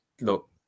look